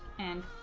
and